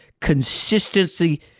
consistency